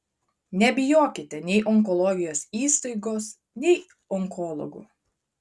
nebijokite nei onkologijos įstaigos nei onkologų